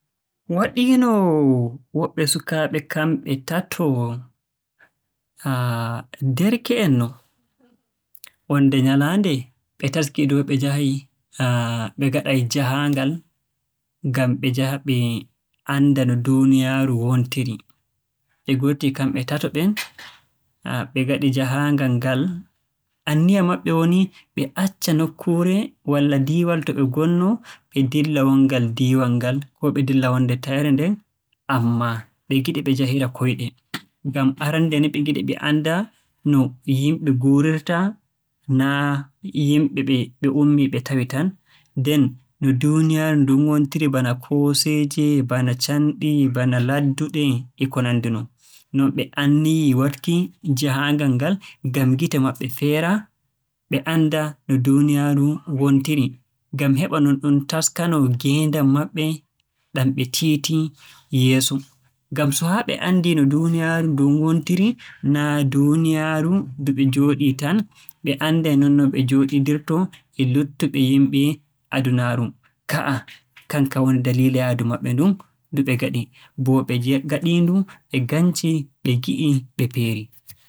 Ngam suukaɓe may nde ɓe fuɗɗi yaadu may ɓe yahi ƙawyeji, lesɗeji ɗum ɓe meɗay larugo ɓe meɗay anndugo. Ɓe laari kujeji feere feere ɗum woɗi a giite ɗum ɓe meɗay tuumugo. Ɓe laari himɓe feere feere ɗum ɓe meɗay anndugo ɗabi'aji maɓɓe, ɗinaji maɓɓe, nyamduji maɓɓe, ɗum sinay yadu ɗo ɓe meɗata anndugo.